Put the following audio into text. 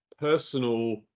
personal